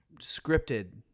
scripted